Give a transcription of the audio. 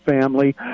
family